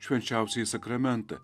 švenčiausiąjį sakramentą